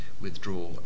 withdraw